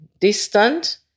distant